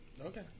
Okay